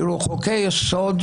חוקי-יסוד,